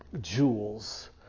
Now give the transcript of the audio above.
jewels